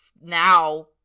now